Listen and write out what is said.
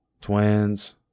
Twins